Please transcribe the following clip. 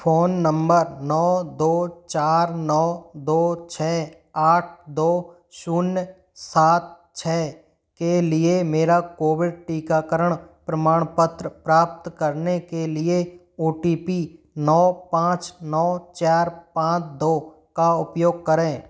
phone number नौ दो चार नौ दो छः आठ दो शून्य सात छः के लिए मेरा कोविड टीकाकरण प्रमाणपत्र प्राप्त करने के लिए ओ टी पी नौ पाँच नौ चार पाँच दो का उपयोग करें